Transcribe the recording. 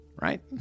right